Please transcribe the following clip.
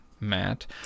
Matt